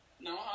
no